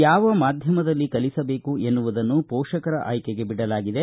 ಯಾವ ಮಾಧ್ಯಮದಲ್ಲಿ ಕಲಿಸಬೇಕು ಎನ್ನುವುದನ್ನು ಪೋಷಕರ ಆಯ್ಕೆಗೆ ಬಿಡಲಾಗಿದೆ